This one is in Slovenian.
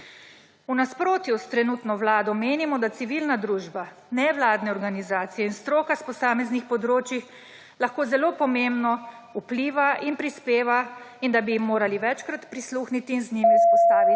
V nasprotju s trenutno vlado menimo, da civilna družba, nevladne organizacije in stroka s posameznih področij lahko zelo pomembno vpliva in prispeva, zato bi jim morali večkrat prisluhniti in z njimi vzpostaviti